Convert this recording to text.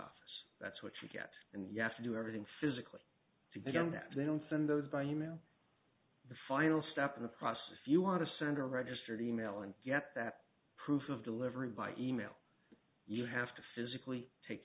office that's what you get and you have to do everything physically to be done that they don't send those by e mail the final step in the process if you want to send a registered e mail and get that proof of delivery via e mail you have to physically take